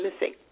missing